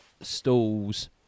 stalls